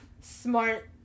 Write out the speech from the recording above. smart